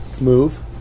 Move